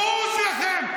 בוז לכם.